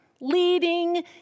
leading